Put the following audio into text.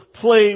play